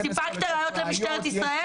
סיפקת ראיות למשטרת ישראל?